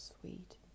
sweet